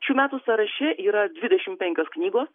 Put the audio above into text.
šių metų sąraše yra dvidešimt penkios knygos